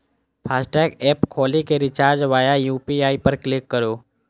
FASTag app खोलि कें recharge वाया यू.पी.आई पर क्लिक करू